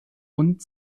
und